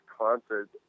concerts